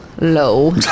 low